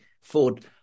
Ford